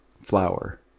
flour